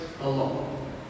alone